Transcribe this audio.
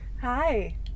hi